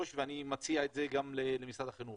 אני מציע את זה גם למשרד החינוך